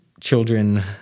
children